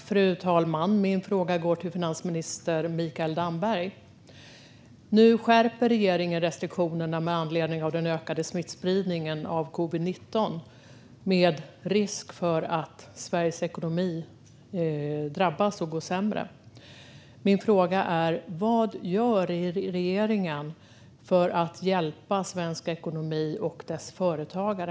Fru talman! Min fråga går till finansminister Mikael Damberg. Nu skärper regeringen restriktionerna med anledning av den ökade smittspridningen av covid-19. Risken är då att Sveriges ekonomi drabbas och går sämre. Min fråga är: Vad gör regeringen för att hjälpa svensk ekonomi och dess företagare?